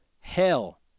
Hell